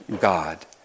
God